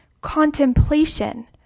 contemplation